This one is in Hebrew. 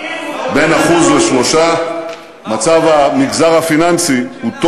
בין 1% ל-3% מצב המגזר הפיננסי הוא טוב,